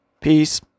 Peace